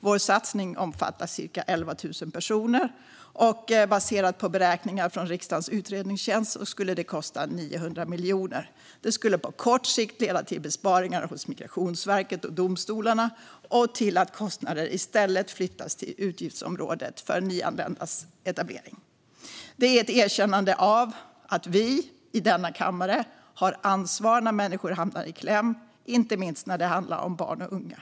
Vår satsning omfattar cirka 11 000 personer. Baserat på beräkningar från riksdagens utredningstjänst skulle detta kosta 900 miljoner. Det skulle på kort sikt leda till besparingar hos Migrationsverket och domstolarna och till att kostnader i stället flyttades till utgiftsområdet för nyanländas etablering. Detta är ett erkännande av att vi i denna kammare har ansvar när människor hamnar i kläm, inte minst när det handlar om barn och unga.